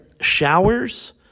Showers